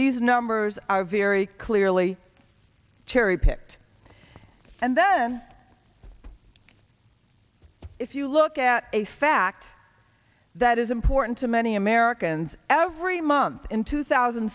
these numbers are very clearly cherry picked and then if you look at a fact that is important to many americans every month in two thousand